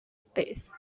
space